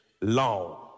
long